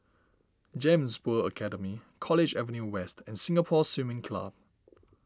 Gems World Academy College Avenue West and Singapore Swimming Club